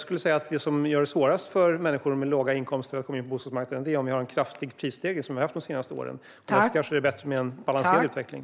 Det som gör det svårast för människor med låga inkomster att komma in på bostadsmarknaden är om vi har en kraftig prisstegring som vi haft de senaste åren. Därför kanske det är bättre med en balanserad utveckling.